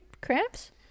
cramps